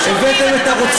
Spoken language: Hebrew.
אתם לא,